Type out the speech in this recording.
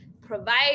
provide